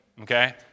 okay